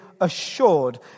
assured